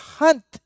hunt